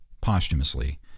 posthumously